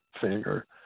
finger